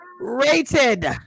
rated